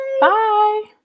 Bye